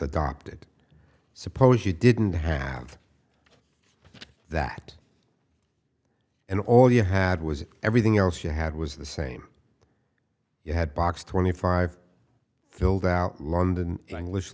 adopted suppose you didn't have that and all you had was everything else you had was the same you had box twenty five filled out london english